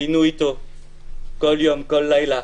היינו איתו כל יום, כל לילה,